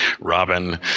Robin